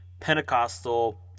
Pentecostal